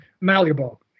malleable